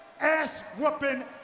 ass-whooping